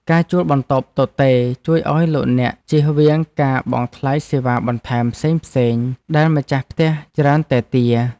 ការជួលបន្ទប់ទទេរជួយឱ្យលោកអ្នកជៀសវាងការបង់ថ្លៃសេវាបន្ថែមផ្សេងៗដែលម្ចាស់ផ្ទះច្រើនតែទារ។